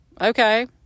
Okay